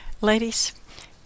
Ladies